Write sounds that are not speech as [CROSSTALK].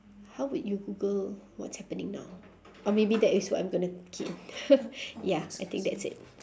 how would you google what's happening now or maybe that is what I'm going to key in [LAUGHS] ya I think that's it